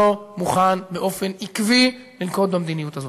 לא מוכן באופן עקבי לנקוט את המדיניות הזאת,